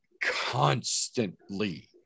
constantly